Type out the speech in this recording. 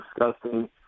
Disgusting